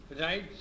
right